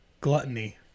gluttony